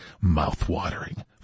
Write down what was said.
Mouth-watering